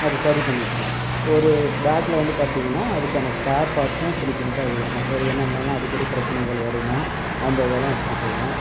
அதை சரி பண்ணிக்குவோம் ஒரு பேக்கில் வந்து பார்த்திங்கன்னா அதுக்கான ஸ்பேர் பார்ட்ஸும் சின்ன சின்னதாக இருக்கும் ஒரு என்னனலாம் அடிக்கடி பிரச்சனைகள் வருமோ அந்த இதல்லாம் எடுத்துகிட்டு போவோம்